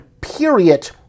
period